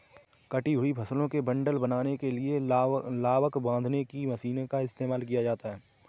कटी हुई फसलों के बंडल बनाने के लिए लावक बांधने की मशीनों का इस्तेमाल किया जाता है